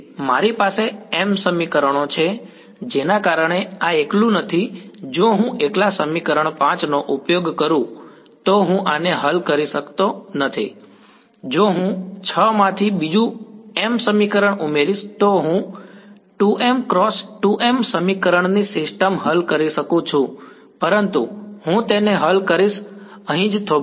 તેથી મારી પાસે m સમીકરણો છે જેના કારણે આ એકલું નથી જો હું એકલા સમીકરણ 5 નો ઉપયોગ કરું તો હું આને હલ કરી શકતો નથી જો હું 6 માંથી બીજું m સમીકરણ ઉમેરીશ તો હું 2m × 2m સમીકરણની સિસ્ટમ હલ કરી શકું છું પરંતુ હું તેને હલ કરીશ અહી જ થોભો